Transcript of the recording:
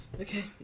Okay